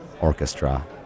Orchestra